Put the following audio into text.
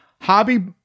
hobby